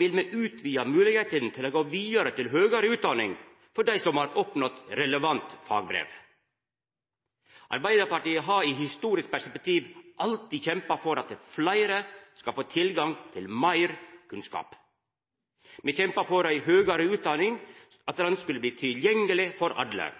vil me utvida moglegheitene til å gå vidare til høgare utdanning for dei som har oppnådd relevant fagbrev. Arbeidarpartiet har i historisk perspektiv alltid kjempa for at fleire skal få tilgang til meir kunnskap. Me kjempa for at høgare utdanning skulle bli tilgjengeleg for alle. Me kjempa for at vidaregåande skule skulle bli tilgjengeleg for alle.